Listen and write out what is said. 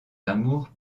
amour